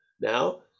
now